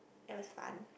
that was fun